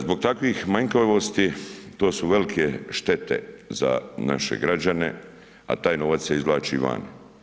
Zbog takvih manjkavosti, to su velike štete za naše građane a taj novac se izvlači van.